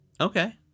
Okay